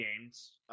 games